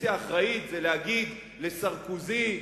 אופוזיציה אחראית זה להגיד לסרקוזי,